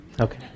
Okay